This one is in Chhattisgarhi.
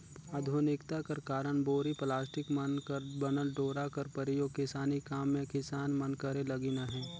आधुनिकता कर कारन बोरी, पलास्टिक मन कर बनल डोरा कर परियोग किसानी काम मे किसान मन करे लगिन अहे